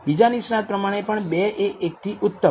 બીજા નિષ્ણાંત પ્રમાણે પણ 2 એ 1 થી ઉત્તમ